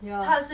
yeah